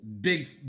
big